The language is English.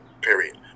period